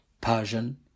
Persian